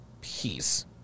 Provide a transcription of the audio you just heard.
peace